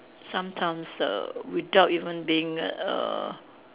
sometimes err without even being err